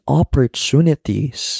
opportunities